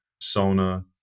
Sona